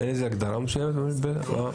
אין לזה הגדרה מסוימת בחוק?